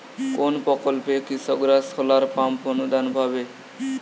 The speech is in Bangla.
কোন প্রকল্পে কৃষকরা সোলার পাম্প অনুদান পাবে?